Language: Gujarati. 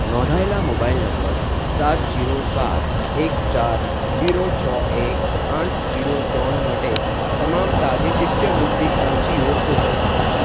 નોંધાયેલા મોબાઈલ નંબર સાત જીરો સાત એક ચાર જીરો છ એક આંઠ જીરો ત્રણ માટે તમામ તાજી શિષ્યવૃત્તિ અરજીઓ શોધો